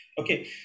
Okay